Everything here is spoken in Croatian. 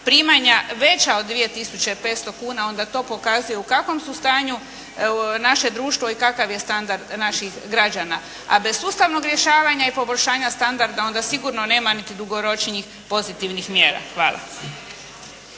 primanja veća od 2 tisuće 500 kuna. Onda to pokazuje u kakvom su stanju naše društvo i kakav je standard naših građana. A bez sustavnog rješavanja i poboljšanja standarda, onda sigurno nema niti dugoročnijih pozitivnih mjera. Hvala.